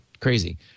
crazy